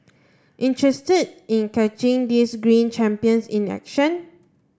interested in catching these green champions in action